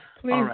please